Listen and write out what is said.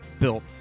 Built